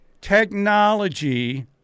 technology